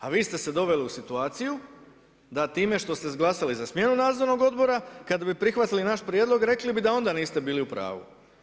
A vi ste se doveli u situaciju, da time što ste glasali za smjenu nadzornog odbora, kad bi prihvatili naš prijedlog, rekli bi da onda niste bili u pravu.